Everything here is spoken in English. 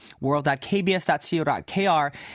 world.kbs.co.kr